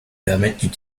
permettent